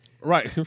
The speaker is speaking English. Right